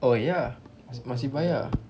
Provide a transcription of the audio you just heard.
oh ya masih bayar